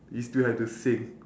you still have to sing